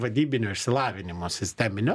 vadybinio išsilavinimo sisteminio